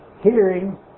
Hearing